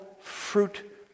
fruit